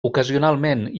ocasionalment